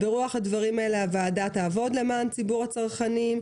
ברוח הדברים האלה הוועדה תעבוד למען ציבור הצרכנים,